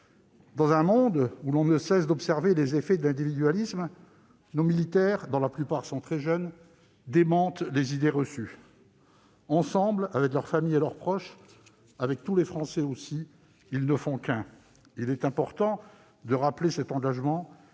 Dans un monde où l'on ne cesse d'observer les effets de l'individualisme, nos militaires, dont la plupart sont très jeunes, démentent les idées reçues. Ensemble, avec leurs familles et leurs proches, avec tous les Français aussi, ils ne font qu'un. Il est important de rappeler régulièrement